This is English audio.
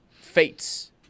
fates